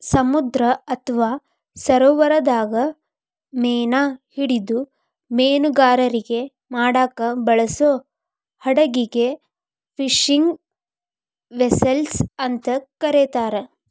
ಸಮುದ್ರ ಅತ್ವಾ ಸರೋವರದಾಗ ಮೇನಾ ಹಿಡಿದು ಮೇನುಗಾರಿಕೆ ಮಾಡಾಕ ಬಳಸೋ ಹಡಗಿಗೆ ಫಿಶಿಂಗ್ ವೆಸೆಲ್ಸ್ ಅಂತ ಕರೇತಾರ